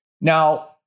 Now